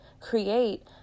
create